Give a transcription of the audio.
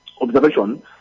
observation